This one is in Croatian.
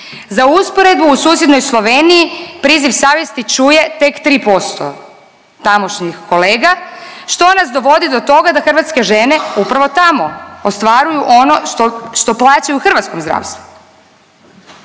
Za usporedbu u susjednoj Sloveniji priziv savjesti čuje tek 3% tamošnjih kolega što nas dovodi do toga da hrvatske žene upravo tamo ostvaruju ono što plaćaju hrvatskom zdravstvu.